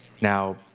Now